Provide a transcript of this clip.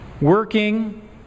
working